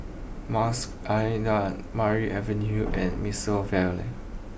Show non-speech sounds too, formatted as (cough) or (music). Mas an (unintelligible) Maria Avenue and Mimosa Vale